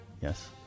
yes